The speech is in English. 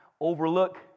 overlook